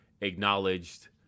acknowledged